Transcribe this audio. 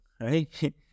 right